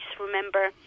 remember